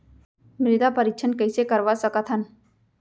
मृदा परीक्षण कइसे करवा सकत हन?